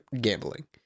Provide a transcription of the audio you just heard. gambling